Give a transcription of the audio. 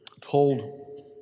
told